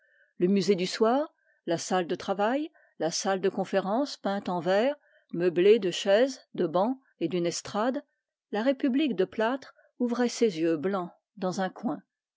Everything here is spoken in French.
le musée du soir la salle de travail la salle de conférences peinte en vert meublée de chaises de bancs et d'une estrade la république de plâtre ouvrait ses yeux blancs dans un coin